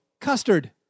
custard